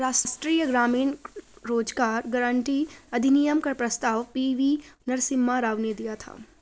राष्ट्रीय ग्रामीण रोजगार गारंटी अधिनियम का प्रस्ताव पी.वी नरसिम्हा राव ने दिया था